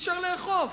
אי-אפשר לאכוף.